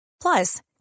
Plus